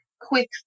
quick